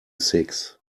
six